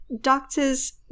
Doctors